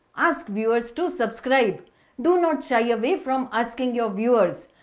ask viewers to subscribe do not shy away from asking your viewers,